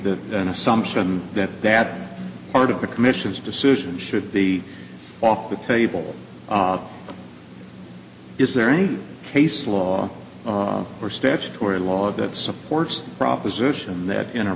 that an assumption that that part of the commission's decision should be off the table is there any case law or statutory law that supports the proposition that in a